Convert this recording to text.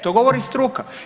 To govori struka.